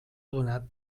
adonat